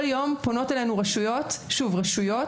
כל יום פונות אלינו רשויות ומבקשות,